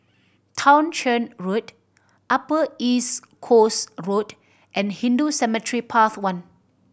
Townshend Road Upper East Coast Road and Hindu Cemetery Path One